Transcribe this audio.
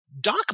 Doc